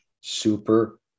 super